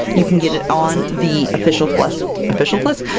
you can get it on the official flesk official flesk?